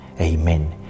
Amen